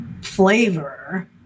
flavor